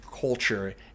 culture